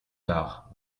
tard